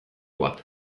bat